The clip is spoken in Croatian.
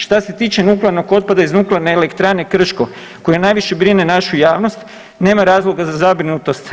Što se tiče nuklearnog otpada iz Nuklearne elektrane Krško koje najviše brine našu javnost nema razloga za zabrinutost.